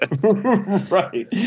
Right